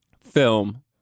film